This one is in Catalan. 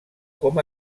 com